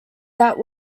that